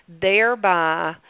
thereby